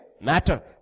Matter